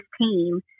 team